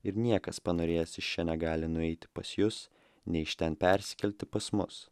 ir niekas panorėjęs iš čia negali nueiti pas jus nei iš ten persikelti pas mus